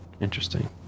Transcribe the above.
Interesting